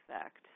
effect